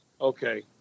Okay